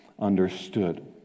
Understood